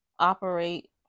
operate